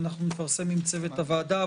נפרסם עם צוות הוועדה.